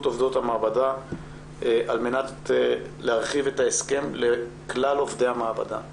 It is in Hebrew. עובדות המעבדה על-מנת להרחיב את ההסכם לכלל עובדי המעבדה.